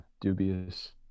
dubious